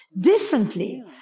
differently